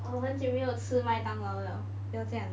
我很久没有吃麦当劳了不要这样